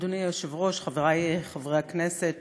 אדוני היושב-ראש, חברי חברי הכנסת,